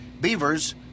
Beavers